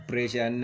Pressure